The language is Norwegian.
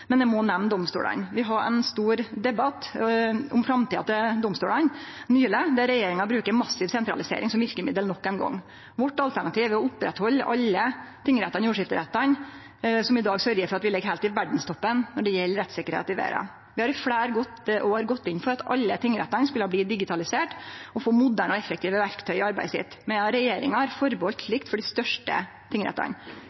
men eg må nemne domstolane. Vi hadde ein stor debatt om framtida til domstolane nyleg, der regjeringa brukar massiv sentralisering som verkemiddel nok ein gong. Alternativet vårt er å halde ved lag alle tingrettane og jordskifterettane, som i dag sørgjer for at vi ligg heilt i verdstoppen når det gjeld rettssikkerheit. Vi har i fleire år gått inn for at alle tingrettane skulle bli digitaliserte og få moderne og effektive verktøy i arbeidet, medan regjeringa